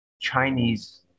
Chinese